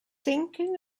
thinking